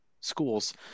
schools